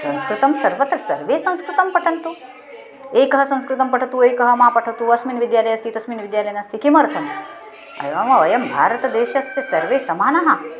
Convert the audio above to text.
संस्कृतं सर्वत्र सर्वे संस्कृतं पठन्तु एकः संस्कृतं पठतु एकः मा पठतु अस्मिन् विद्यालये अस्ति तस्मिन् विद्यालये नास्ति किमर्थम् एवं वयं भारतदेशस्य सर्वे समानाः